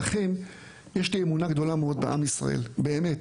לכן יש לי אמונה גדולה מאוד בעם ישראל, באמת.